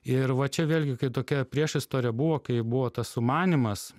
ir va čia vėlgi kai tokia priešistorė buvo kai buvo tas sumanymas